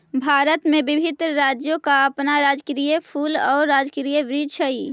भारत में विभिन्न राज्यों का अपना राजकीय फूल और राजकीय वृक्ष हई